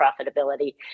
profitability